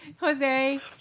Jose